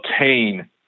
obtain